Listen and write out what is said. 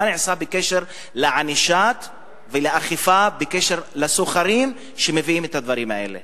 מה נעשה בקשר לענישה ולאכיפה בנוגע לסוחרים שמביאים את הדברים האלה?